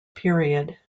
period